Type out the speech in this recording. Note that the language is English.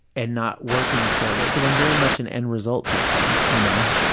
and not working toward it, because i'm very much an end-result person, you know.